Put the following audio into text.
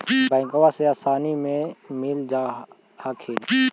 बैंकबा से आसानी मे मिल जा हखिन?